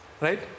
right